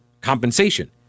compensation